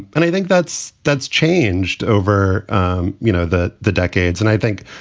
and i think that's that's changed over um you know the the decades. and i think,